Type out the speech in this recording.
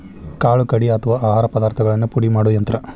ಕಾಳು ಕಡಿ ಅಥವಾ ಆಹಾರ ಪದಾರ್ಥಗಳನ್ನ ಪುಡಿ ಮಾಡು ಯಂತ್ರ